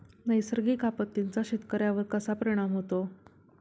नैसर्गिक आपत्तींचा शेतकऱ्यांवर कसा परिणाम होतो?